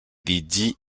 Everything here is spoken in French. dédie